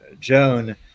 Joan